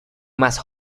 más